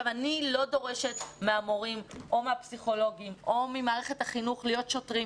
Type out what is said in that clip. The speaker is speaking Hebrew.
אני לא דורשת מהמורים או מהפסיכולוגים או ממערכת החינוך להיות שוטרים.